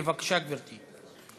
בבקשה, גברתי.